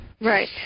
Right